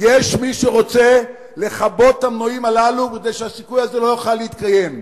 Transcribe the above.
יש מי שרוצה לכבות את המנועים הללו כדי שהסיכוי הזה לא יוכל להתקיים.